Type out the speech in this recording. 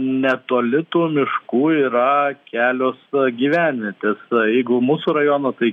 netoli tų miškų yra kelios gyvenvietės jeigu mūsų rajono tai